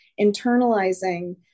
internalizing